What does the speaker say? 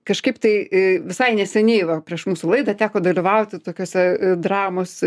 kažkaip tai visai neseniai va prieš mūsų laidą teko dalyvauti tokiose dramos